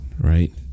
Right